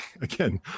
Again